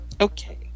Okay